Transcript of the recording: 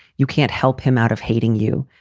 you can't help him out of hating you.